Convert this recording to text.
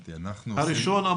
הראשון,